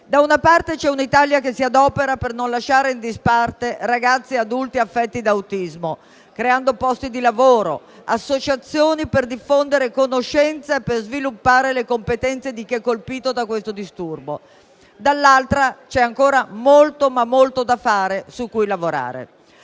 Da una parte, c'è un'Italia che si adopera per non lasciare in disparte ragazzi e adulti affetti da autismo, creando posti di lavoro, associazioni per diffondere conoscenza e per sviluppare le competenze di chi è colpito da questo disturbo. Dall'altra, c'è ancora veramente molto da fare e su cui lavorare.